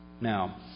Now